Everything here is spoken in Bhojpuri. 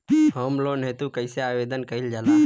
होम लोन हेतु कइसे आवेदन कइल जाला?